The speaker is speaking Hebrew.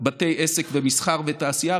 בתי עסק ומסחר ותעשייה,